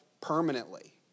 permanently